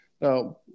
Now